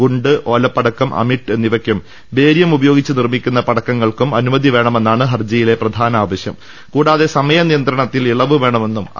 ഗുണ്ട് ഓലപ്പടക്കം അമിട്ട് എന്നിവയ്ക്കും ബേരിയം ഉപയോഗിച്ച് നിർമ്മിക്കുന്ന പടക്കങ്ങൾക്കും അനുമതി വേണ്മെന്നാണ് ഹർജിയിലെ പ്രധാന ആവ കൂടാതെ സമയ നിയന്ത്രണത്തിൽ ഇളവ് വേണമെന്നും ശ്യാ